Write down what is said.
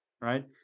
right